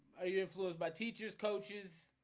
are you influenced by teachers coaches?